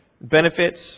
Benefits